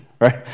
right